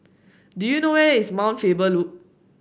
do you know where is Mount Faber Loop